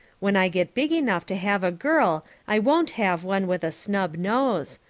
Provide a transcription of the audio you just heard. when i get big enough to have a girl i won't have one with a snub nose.